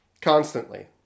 Constantly